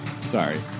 Sorry